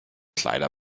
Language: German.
kleider